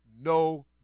no